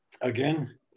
again